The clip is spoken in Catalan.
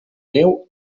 neu